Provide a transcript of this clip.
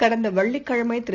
கடந்தவெள்ளிக் கிழமைதிரு